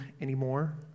anymore